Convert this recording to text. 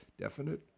definite